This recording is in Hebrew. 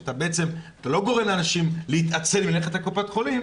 אתה בעצם לא גורם לאנשים להתעצל מללכת לקופת חולים.